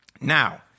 Now